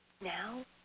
Now